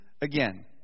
again